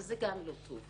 וזה גם לא טוב,